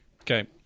Okay